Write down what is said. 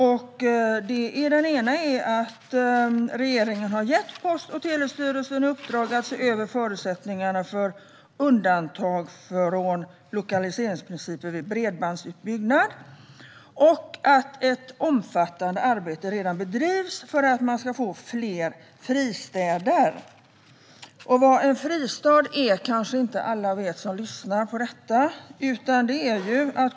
Den ena handlar om att regeringen har gett Post och telestyrelsen i uppdrag att se över förutsättningarna för undantag från lokaliseringsprincipen vid bredbandsutbyggnad och den andra om att ett omfattande arbete redan bedrivs för att man ska få fler fristäder. Vad en fristad är kanske inte alla som lyssnar på detta vet.